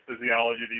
physiology